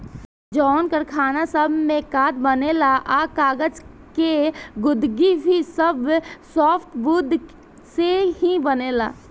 जवन कारखाना सब में कार्ड बनेला आ कागज़ के गुदगी भी सब सॉफ्टवुड से ही बनेला